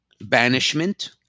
banishment